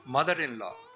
Mother-in-law